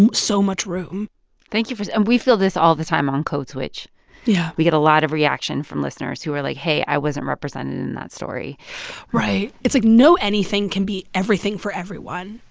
and so much room thank you for and we feel this all the time on code switch yeah we get a lot of reaction from listeners who are like, hey, i wasn't represented in and that story right. it's like, no anything can be everything for everyone,